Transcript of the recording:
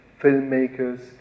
filmmakers